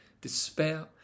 despair